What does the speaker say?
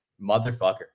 motherfucker